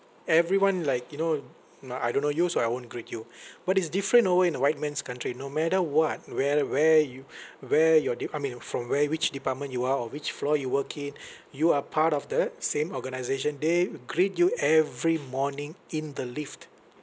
everyone like you know ah I don't know you so I won't greet you but it's different you know uh in a white man's country no matter what where where you where your di~ I mean from where which department you are or which floor you work in you are part of the same organisation they greet you every morning in the lift